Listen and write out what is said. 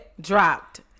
dropped